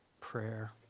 prayer